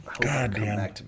Goddamn